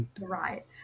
right